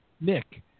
Nick